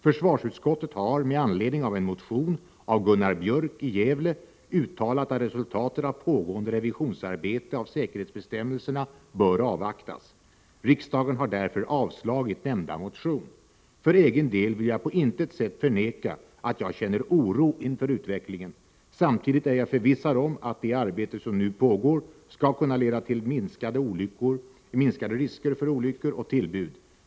Försvarsutskottet har, med anledning av en motion av Gunnar Björk i Gävle, uttalat att resultatet av pågående revisionsarbete avseende säkerhetsbestämmelserna bör avvaktas. Riksdagen har därför avslagit nämnda motion. För egen del vill jag på intet sätt förneka att jag känner oro inför utvecklingen. Samtidigt är jag förvissad om att det arbete som nu pågår skall kunna leda till minskade risker för olyckor och tillbud.